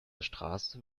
straße